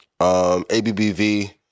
ABBV